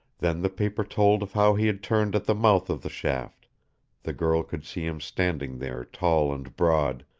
then the paper told of how he had turned at the mouth of the shaft the girl could see him standing there tall and broad,